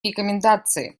рекомендации